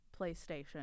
PlayStation